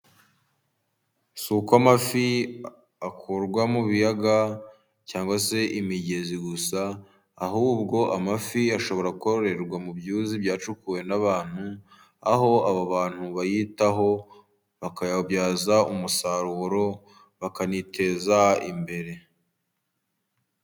Si uko amafi akurwa mu biyaga cyangwa se imigezi gusa, ahubwo amafi ashobora kororerwa mu byuzi byacukuwe n'abantu, aho abo bantu bayitaho bakayabyaza umusaruro bakaniteza imbere.